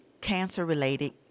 cancer-related